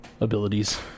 abilities